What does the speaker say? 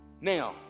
Now